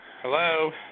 hello